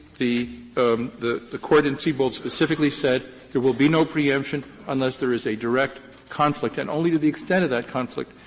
the the court in siebold specifically said there will be no preemption unless there is a direct conflict and only to the extent of that conflict,